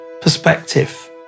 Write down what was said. perspective